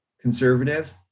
conservative